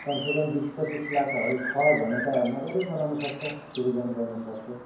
कमसेकम बिस पच्चिस लाखहरू छ भने त मजाले बनाउनु सक्छ टुरिजम गर्नु सक्छ